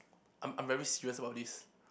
I'm I'm very serious about this